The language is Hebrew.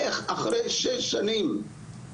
איך אחרי שש שנים,